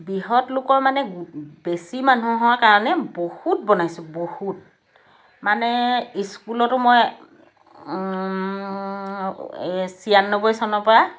বৃহৎ লোকৰ মানে বেছি মানুহৰ কাৰণে বহুত বনাইছোঁ বহুত মানে স্কুলতো মই এই ছয়ান্নব্বৈ চনৰ পৰা